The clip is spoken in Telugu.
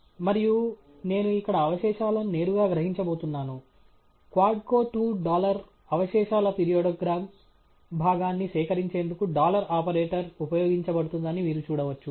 మరియు నేను ఇక్కడ అవశేషాలను నేరుగా గ్రహించబోతున్నాను క్వాడ్కో 2 డాలర్ అవశేషాల quadco2residual పెరియాడోగ్రామ్ భాగాన్ని సేకరించేందుకు డాలర్ ఆపరేటర్ ఉపయోగించబడుతుందని మీరు చూడవచ్చు